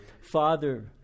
Father